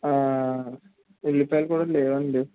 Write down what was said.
హా ఉల్లిపాయలు కూడా లేవండి